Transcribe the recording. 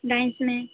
dance में